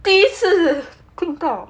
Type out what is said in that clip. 第一次公告